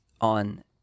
on